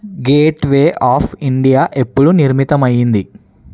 gateway of India ఎప్పుడు నిర్మితమయింది